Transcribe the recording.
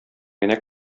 генә